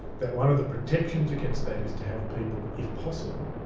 that one of the protections against that is to have people if possible,